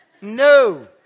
no